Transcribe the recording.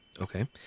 Okay